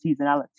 seasonality